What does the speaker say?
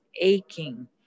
aching